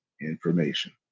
information